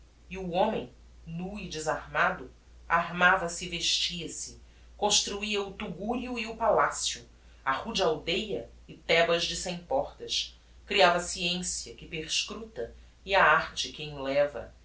e o homem nu e desarmado armava se e vestia-se construia o tugurio e o palacio a rude aldêa e thebas de cem portas creava a sciencia que perscruta e a arte que enleva